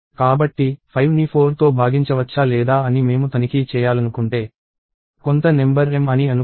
కాబట్టి 5ని 4తో భాగించవచ్చా లేదా అని మేము తనిఖీ చేయాలనుకుంటే కొంత నెంబర్ m అని అనుకుందాం